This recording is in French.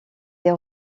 des